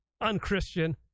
unChristian